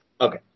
Okay